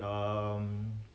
um